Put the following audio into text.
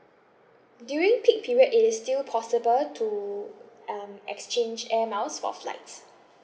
during peak period it is still possible to um exchange air miles for flights